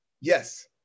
Yes